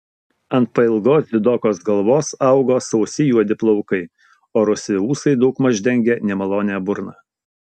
ant pailgos didokos galvos augo sausi juodi plaukai o rusvi ūsai daugmaž dengė nemalonią burną